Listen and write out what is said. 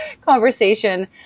conversation